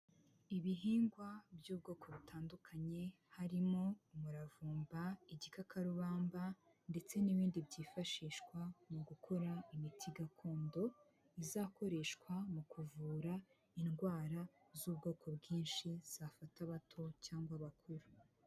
Ibihingwa by'ubwoko butandukanye harimo umuravumba, igikakarubamba ndetse n'ibindi byifashishwa mu gukora imiti gakondo, izakoreshwa mu kuvura indwara z'ubwoko bwinshi zafata abato cyangwa abakuru.